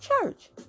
church